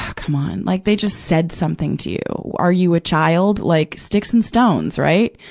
come on. like they just said something to you. are you a child? like, sticks and stones, right?